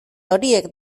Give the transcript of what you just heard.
horiek